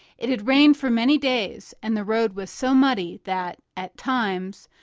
it had rained for many days, and the road was so muddy that, at times,